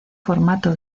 formato